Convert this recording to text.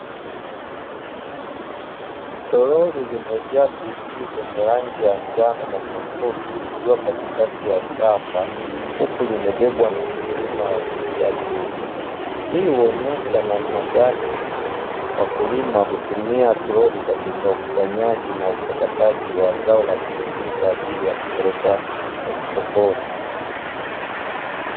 Toroli limejaa pilipili zenye rangi ya njano na nyekundu likiwa katikati ya shamba huku limebebwa na mkulima wa jinsia ya kiume. Hii inaonyesha namna gani wakulima hutumia toroli katika ukusanyaji na uchakataji wa zao la pilipili kwa ajili ya kupelekwa sokoni.